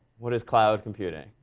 what is cloud computing?